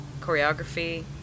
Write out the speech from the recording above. Choreography